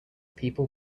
people